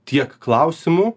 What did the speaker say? tiek klausimų